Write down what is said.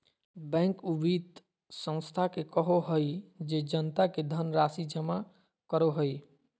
bank उ वित संस्था के कहो हइ जे जनता से धनराशि जमा करो हइ